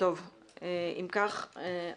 הצעת החוק התקבלה בקריאה שנייה ושלישית.